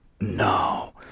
no